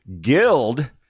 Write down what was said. Guild